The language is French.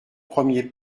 premier